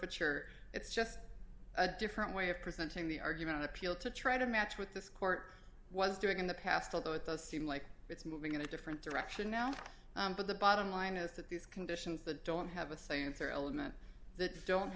forfeiture it's just a different way of presenting the argument an appeal to try to match with this court was doing in the past although it does seem like it's moving in a different direction now but the bottom line is that these conditions that don't have a saints or element that don't